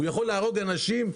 שהוא יכול להרוג אנשים?